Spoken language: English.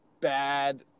bad